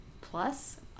Plus